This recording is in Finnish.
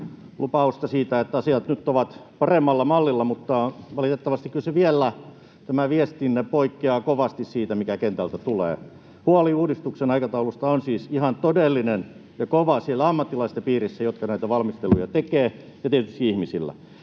lupausta siitä, että asiat ovat nyt paremmalla mallilla, mutta valitettavasti tämä viestinne kyllä poikkeaa vielä kovasti siitä, mikä kentältä tulee. Huoli uudistuksen aikataulusta on siis ihan todellinen ja kova siellä ammattilaisten piirissä, jotka näitä valmisteluja tekevät, ja tietysti ihmisillä.